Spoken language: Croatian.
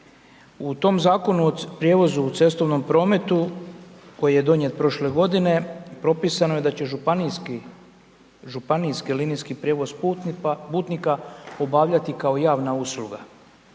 U tom Zakonu o prijevozu u cestovnom prometu, koji je donijet prošle godine, propisano je da će županijski linijski prijevoz putnika obavljati kao javna usluga,